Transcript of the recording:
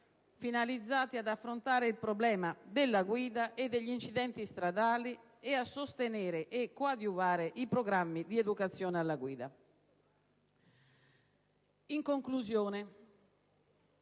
finalizzati ad affrontare il problema della guida e degli incidenti stradali e a sostenere e coadiuvare i programmi di educazione alla guida. In conclusione,